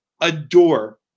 adore